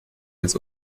jetzt